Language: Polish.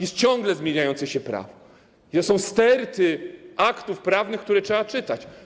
Jest ciągle zmieniające się prawo, są sterty aktów prawnych, które trzeba czytać.